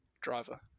driver